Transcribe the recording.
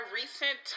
recent